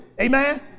Amen